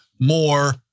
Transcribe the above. more